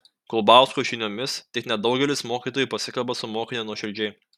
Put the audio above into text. kulbausko žiniomis tik nedaugelis mokytojų pasikalba su mokiniu nuoširdžiai